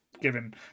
given